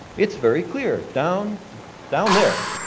it's very clear down down there,